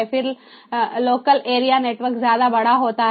फिर local area network ज्यादा बड़ा होता है